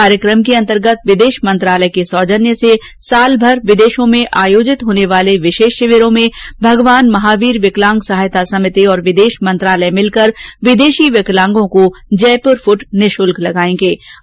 कार्यक्रम के अंतर्गत विदेश मंत्रालय के सौजन्य से वर्षमर विदेशों में आयोजित होने वाले विशेष शिविरों में मगवान महावीर विकलांग सहायता समिति और विदेश मंत्रालय मिलकर विदेशी विकलांगों को जयपुर फूट निशुल्क प्रदान करेगा